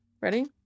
ready